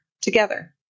together